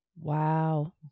Wow